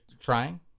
trying